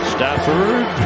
Stafford